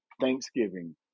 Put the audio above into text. thanksgiving